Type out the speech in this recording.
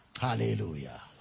Hallelujah